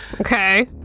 Okay